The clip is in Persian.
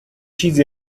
چیزی